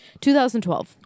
2012